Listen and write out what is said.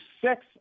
six